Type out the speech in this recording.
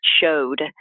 showed